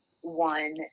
one